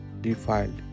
defiled